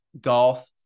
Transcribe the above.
golf